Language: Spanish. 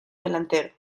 delantero